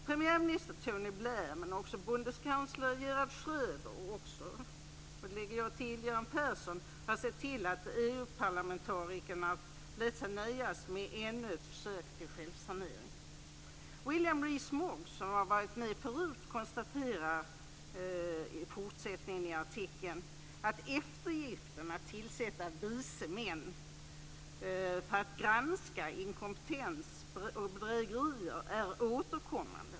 Premiärminister Tony Blair men också förbundskansler Gerhard Schröder - och jag lägger till Göran Persson - har sett till att EU-parlamentarikerna lät sig nöjas med ännu ett försök till "självsanering"! William Rees-Mogg, som har varit med förut, konstaterar i fortsättningen i artikeln "att eftergiften att tillsätta 'vice män' för att granska inkompetens och bedrägerier är återkommande.